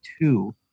two